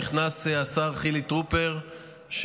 נכנס השר חילי טרופר,